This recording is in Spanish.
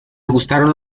gustaron